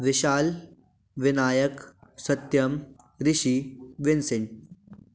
Vishal Vinayak Satyam Rishi विन्सिन